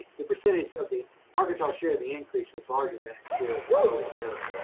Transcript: the percentage of the arkansas share of the increase was larger than its share of the total area.